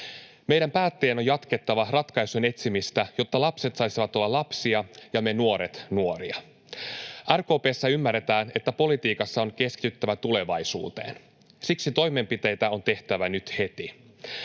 Meidän päättäjien on jatkettava ratkaisujen etsimistä, jotta lapset saisivat olla lapsia ja me nuoret nuoria. RKP:ssä ymmärretään, että politiikassa on keskityttävä tulevaisuuteen. Siksi toimenpiteitä on tehtävä nyt heti.